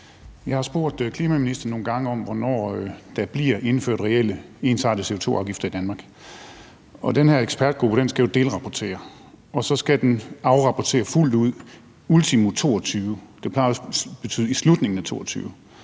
Jeg har spurgt klimaministeren nogle gange om, hvornår der bliver indført reelle ensartede CO2-afgifter i Danmark. Den her ekspertgruppe skal jo delrapportere, og så skal den afrapportere fuldt ud ultimo 2022 – det plejer også at betyde i slutningen af 2022.